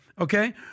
Okay